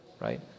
right